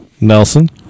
Nelson